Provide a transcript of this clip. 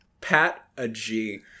Pat-a-G